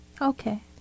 Okay